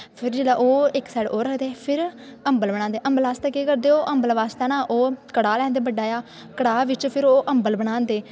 फिर जेल्लै ओह् इक साईड ओह् रखदे फिर अम्बल बनांदे अम्बल आस्तै केह् करदे ओह् अम्बल बास्तै ना ओह् कड़ाह् लैंदे बड्डा जेहा कड़ाह् बिच्च फिर ओह् अम्बल बनांदे